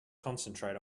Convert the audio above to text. concentrate